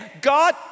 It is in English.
God